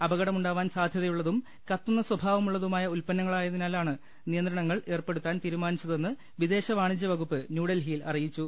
അപകടം ഉണ്ടാവാൻ സാധ്യതയുള്ളതും കത്തുന്ന സ്ഥഭാവമുള്ളതുമായ ഉൽപ്പന്ന ങ്ങളായതിനാലാണ് നിയന്ത്രണങ്ങൾ ഏർപ്പെടുത്താൻ തീരുമാനിച്ചതെന്ന് വിദേശവാണിജൃവകുപ്പ് ന്യൂഡൽഹിയിൽ അറിയിച്ചു